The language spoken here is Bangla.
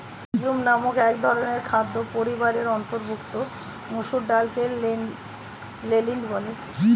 লিগিউম নামক একধরনের খাদ্য পরিবারের অন্তর্ভুক্ত মসুর ডালকে লেন্টিল বলে